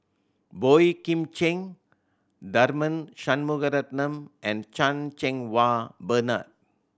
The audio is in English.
Boey Kim Cheng Tharman Shanmugaratnam and Chan Cheng Wah Bernard